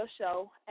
show